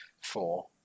Four